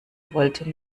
wollte